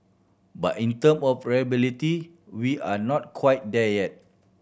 but in term of reliability we are not quite there yet